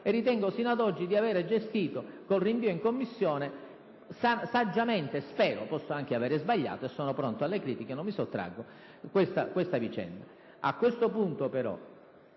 e ritengo, fino ad oggi, di aver gestito con il rinvio in Commissione, spero saggiamente - posso anche aver sbagliato, sono pronto alle critiche, non mi sottraggo - questa vicenda. A questo punto, però,